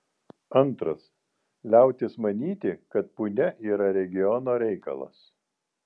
antras liautis manyti kad punia yra regiono reikalas